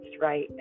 right